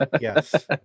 yes